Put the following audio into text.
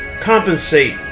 compensate